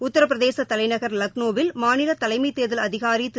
உத்தரப்பிரதேச தலைநகர் லக்னோவில் மாநிலத் தலைமைத் தேர்தல் அதிகாரி திரு